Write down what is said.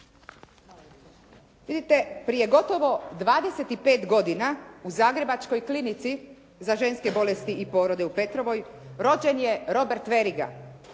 Vidite, prije gotovo 25 godina u Zagrebačkoj klinici za ženske bolesti i porode u Petrovoj rođen je Robert Veriga